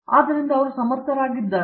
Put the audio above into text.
ನಿರ್ಮಲ ಆದ್ದರಿಂದ ಅವರು ಸಮರ್ಥರಾಗಿದ್ದಾರೆ